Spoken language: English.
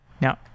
Now